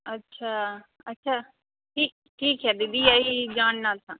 अच्छा अच्छा ठीक ठीक है दीदी यही जानना था